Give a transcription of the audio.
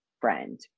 friend